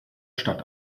stadt